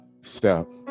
step